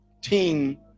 team